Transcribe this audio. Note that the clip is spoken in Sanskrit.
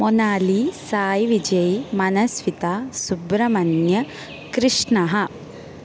मोनाली सायिविजयी मनस्विता सुब्रह्मण्य कृष्णः